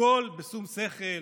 הכול בשום שכל,